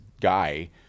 guy